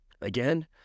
Again